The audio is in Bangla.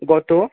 গত